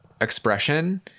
expression